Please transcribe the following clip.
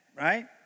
right